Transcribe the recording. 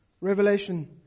Revelation